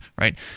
right